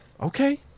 Okay